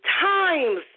times